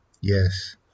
yes